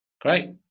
Great